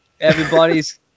Everybody's